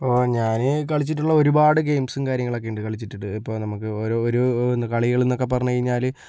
അപ്പോൾ ഞാൻ കളിച്ചിട്ടുള്ള ഒരുപാട് ഗെയിംസും കാര്യങ്ങളൊക്കെ ഉണ്ട് കളിച്ചിട്ട് ഇപ്പോ നമുക്ക് ഓരോ ഒരു കളികള് എന്നൊക്കെ പറഞ്ഞു കഴിഞ്ഞാല്